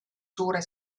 suure